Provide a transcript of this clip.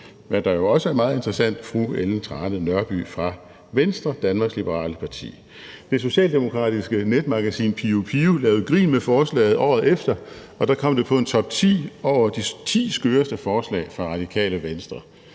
hvad der jo også er meget interessant – fru Ellen Trane Nørby fra Venstre, Danmarks Liberale Parti. Det socialdemokratiske netmagasin Pio lavede grin med forslaget året efter, og der kom det på en topti over de ti skøreste forslag fra Radikale Venstre.